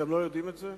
אתם לא יודעים את זה?